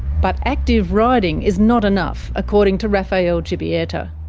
but active riding is not enough, according to raphael grzebieta.